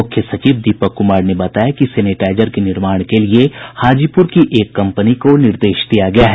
मुख्य सचिव दीपक कुमार ने बताया कि सैनेटाईजर के निर्माण के लिए हाजीपुर की एक कम्पनी को निर्देश दिया गया है